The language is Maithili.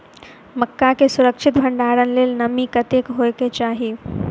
मक्का केँ सुरक्षित भण्डारण लेल नमी कतेक होइ कऽ चाहि?